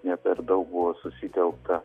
ne per daug buvo susitelkta